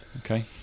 okay